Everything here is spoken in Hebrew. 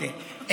מחכים במתח.